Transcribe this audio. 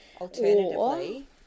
Alternatively